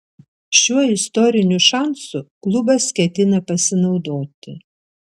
šiuo istoriniu šansu klubas ketina pasinaudoti